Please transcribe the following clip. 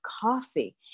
coffee